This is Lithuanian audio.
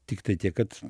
tiktai tiek kad